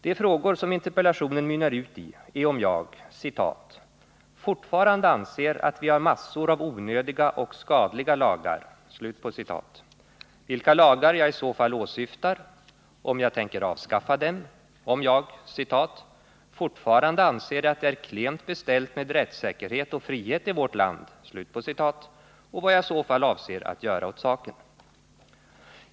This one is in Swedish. De frågor som interpellationen mynnar ut i är om jag ”fortfarande anser att vi har massor av onödiga och skadliga lagar”, vilka lagar jag i så fall åsyftar, om jag tänker avskaffa dem, om jag ”fortfarande anser att det är klent beställt med rättssäkerhet och frihet i vårt land” och vad jag i så fall avser att göra åt saken.